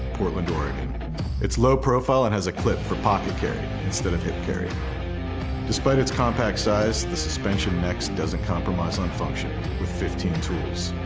portland, oregon it's low-profile and has a clip for pocket carry instead of hit carry despite its compact size the suspension next doesn't compromise on function with fifteen tools